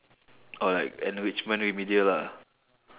or like enrichment remedial lah